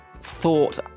thought